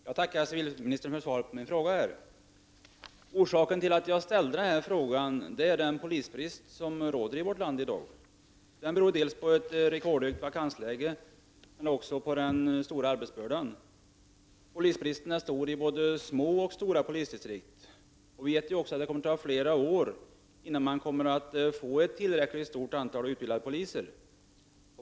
Herr talman! Jag tackar civilministern för svaret på min fråga. Orsaken till att jag ställde frågan är den polisbrist som råder i vårt land i dag. Den beror dels på ett rekordstort vakansläge, dels på den stora arbetsbördan. Polisbristen är betydande i både små och stora polisdistrikt, och vi vet att det kommer att ta flera år innan man får ett tillräckligt stort antal utbildade polismän.